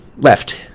left